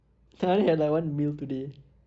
so I only had like one meal today